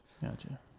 Gotcha